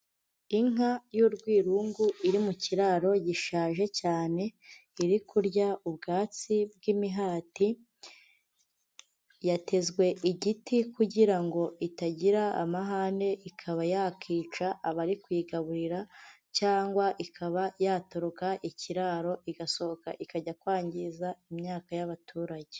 Inka y'urwirungu iri mu kiraro gishaje cyane, iri kurya ubwatsi bw'imihati, yatezwe igiti kugira ngo itagira amahane ikaba yakica abari kuyigaburira cyangwa ikaba yatoroka ikiraro igasohoka ikajya kwangiza imyaka y'abaturage.